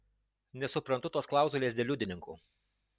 nesuprantu tos klauzulės dėl liudininkų